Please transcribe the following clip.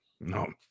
no